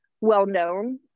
well-known